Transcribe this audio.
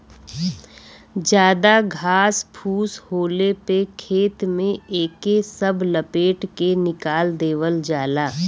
जादा घास फूस होले पे खेत में एके सब लपेट के निकाल देवल जाला